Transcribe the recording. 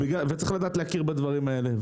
צריך לדעת להכיר בדברים האלה.